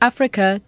Africa